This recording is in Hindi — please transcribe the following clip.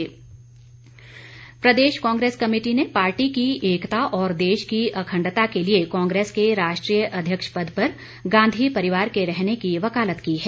कांग्रेस प्रदेश कांग्रेस कमेटी ने पार्टी की एकता और देश की अखंडता के लिए कांग्रेस के राष्ट्रीय अध्यक्ष पद पर गांधी परिवार के रहने की वकालत की है